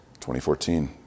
2014